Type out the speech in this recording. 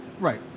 Right